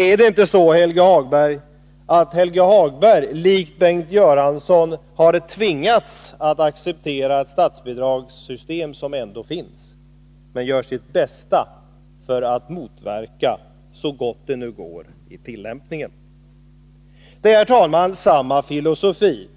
Är det inte så, att Helge Hagberg liksom Bengt Göransson har tvingats acceptera ett statsbidragssystem som ändå finns, men gör sitt bästa för att så gott det nu går motverka det i tillämpningen? Herr talman! Det är samma filosofi